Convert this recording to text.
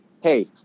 hey